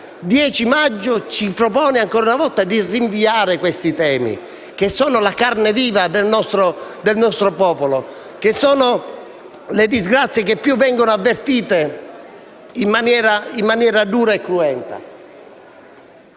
10 maggio? Ci propone ancora una volta di rinviare questi problemi, che sono sulla carne viva del nostro popolo, le disgrazie che vengono avvertite in maniera più dura e cruenta.